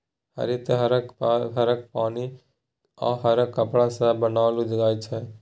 हरित घर हरका पन्नी आ हरका कपड़ा सँ बनाओल जाइ छै